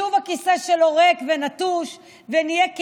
שוב הכיסא שלו ריק ונטוש, ונהיה כנים,